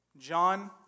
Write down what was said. John